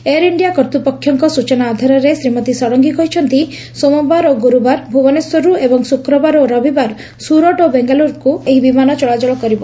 air ଇଖିଆ କର୍ତ୍ରପକ୍ଷଙ୍କ ସ୍ଚନା ଆଧାରରେ ଶ୍ରୀମତୀ ଷଡ଼ଙ୍ଗୀ କହିଛନ୍ତି ସୋମବାର ଓ ଗୁରୁବାର ଭୁବନେଶ୍ୱରରୁ ଏବଂ ଶୁକ୍ରବାର ଓ ରବିବାର ସୁରଟ ଓ ବେଙ୍ଗାଲୁରୁରୁ ଭୁବନେଶ୍ୱରକୁ ଏହି ବିମାନ ଚଳାଚଳ କରିବ